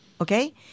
okay